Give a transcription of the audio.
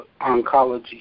oncology